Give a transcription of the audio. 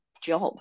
job